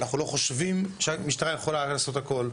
אנחנו לא חושבים שהמשטרה יכולה לעשות הכל,